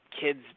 kids